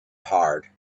hard